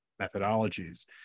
methodologies